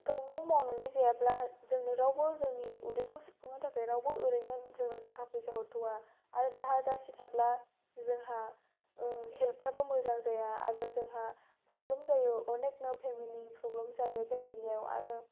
गावबागाव मावनानै जायाब्ला जोंनो रावबो जोंनि उदैखौ सुफुंनो थाखाय रावबो ओरैनो जोंनो थाखा फैसा हरथ'आ आरो दाहार दासि थाब्ला जोंहा हेल्थफ्राबो मोजां जाया आरो जोंहा प्रब्लेम जायो अनेखनो फेमिलिआव प्रब्लेम जायो फेमिलिआव आरो